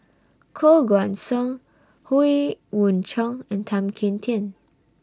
Koh Guan Song Howe Yoon Chong and Tan Kim Tian